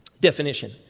definition